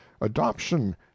adoption